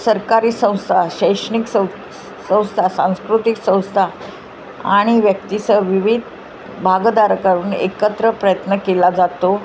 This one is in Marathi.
सरकारी संस्था शैक्षणिक संस्था सांस्कृतिक संस्था आणि व्यक्तीसह विविध भागीदार करून एकत्र प्रयत्न केला जातो